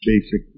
basic